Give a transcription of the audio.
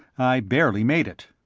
i barely made it.